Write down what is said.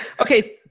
Okay